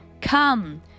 Come